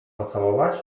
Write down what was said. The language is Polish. pocałować